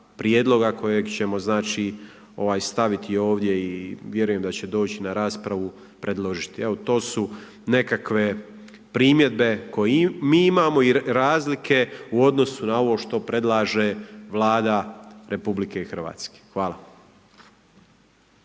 prijedloga kojeg ćemo staviti ovdje i vjerujem da će doći na raspravu, predložiti. Evo to su nekakve primjedbe koje mi imamo jer razlike u odnosu na ovo što predlaže Vlada RH. Hvala.